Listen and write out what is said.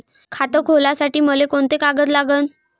खात खोलासाठी मले कोंते कागद लागन?